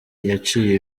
yaciye